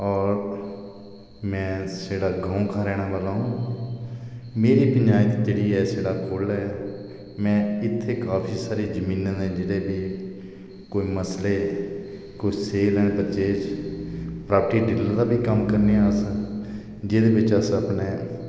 होर में सीढ़ा गांव का रहने वाला हूं मेरी पंचायत जेह्ड़ी ऐ सीढ़ा कोटला ऐ में इत्थै काफी सारे जमीनें दे जेह्ड़े बी कोई मसले केई sale and purchase property dealer दा कम्म बी करने आं अस जेह्दे बिच अस अपने